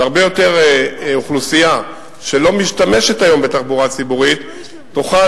הרבה יותר אוכלוסייה שהיום לא משתמשת בתחבורה ציבורית תוכל